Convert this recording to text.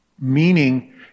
meaning